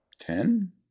Ten